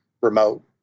remote